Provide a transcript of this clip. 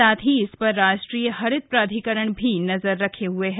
साथ ही इस पर राष्ट्रीय हरित प्राधिकरण भी नजर रखे हुए है